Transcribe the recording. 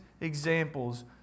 examples